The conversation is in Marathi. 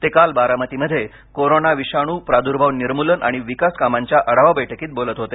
ते काल बारामतीमध्ये कोरोना विषाणू प्रादुर्भाव निर्मुलन आणि विकास कामांच्या आढावा बैठकीत बोलत होते